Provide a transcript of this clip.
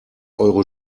eure